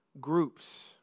groups